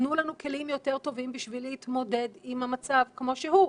תנו לנו כלים יותר טובים בשביל להתמודד עם המצב כמו שהוא,